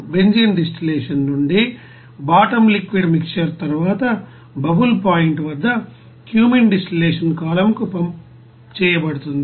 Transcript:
benzene distillation నుండి bottom liquid mixture తరువాత bubble point వద్ద క్యూమీన్ డిస్టిల్లషన్ కాలమ్కు పంప్ చేయబడుతుంది